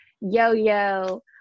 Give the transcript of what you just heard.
yo-yo